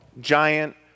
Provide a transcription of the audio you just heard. Giant